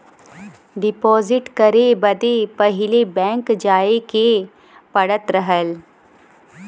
deposit करे बदे पहिले बैंक जाए के पड़त रहल